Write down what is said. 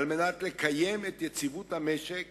על מנת לקיים את יציבות המשק